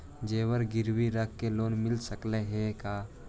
जेबर गिरबी रख के लोन मिल सकले हे का?